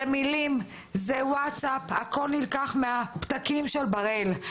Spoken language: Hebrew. זה מילים, זה ווטסאפ, הכול נלקח מהפתקים של בראל.